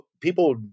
people